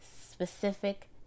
specific